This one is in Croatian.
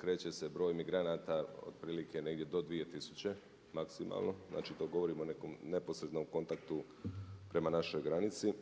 kreće se broj migranata otprilike negdje do 2000 maksimalno, znači to govorim o nekom neposrednom kontaktu prema našoj granici.